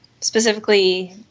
specifically